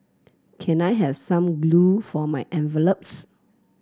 can I has some glue for my envelopes